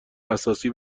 اساسی